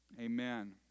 Amen